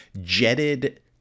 jetted